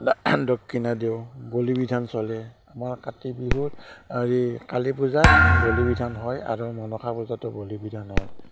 দান দক্ষিণা দিওঁ বলি বিধান চলে আমাৰ কাতি বিহুত হেৰি কালী পূজাত বলি বিধান হয় আৰু মনসা পূজাতো বলি বিধান হয়